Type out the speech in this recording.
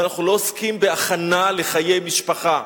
אבל אנחנו לא עוסקים בהכנה לחיי משפחה.